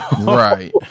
Right